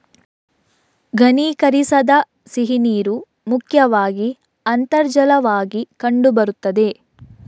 ಘನೀಕರಿಸದ ಸಿಹಿನೀರು ಮುಖ್ಯವಾಗಿ ಅಂತರ್ಜಲವಾಗಿ ಕಂಡು ಬರುತ್ತದೆ